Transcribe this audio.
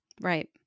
Right